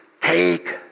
take